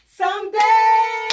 someday